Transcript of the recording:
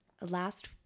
Last